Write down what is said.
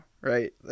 right